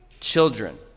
children